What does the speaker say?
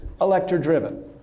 Elector-driven